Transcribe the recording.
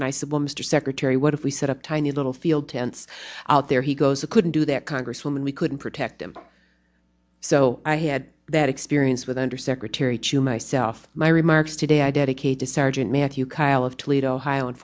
and i said well mr secretary what if we set up tiny little field tents out there he goes a couldn't do that congresswoman we couldn't protect him so i had that experience with under secretary chu myself my remarks today i dedicate to sergeant matthew kyle of toledo ohio in